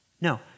No